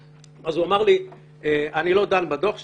הוא אמר לי: אני לא דן בדוח שלך,